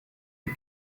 the